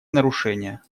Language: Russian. нарушения